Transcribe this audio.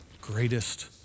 greatest